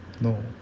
No